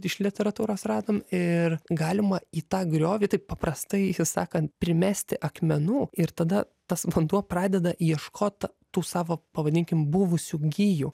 iš literatūros radom ir galima į tą griovį taip paprastai sakant primesti akmenų ir tada tas vanduo pradeda ieškot tų savo pavadinkim buvusių gijų